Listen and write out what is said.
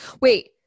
Wait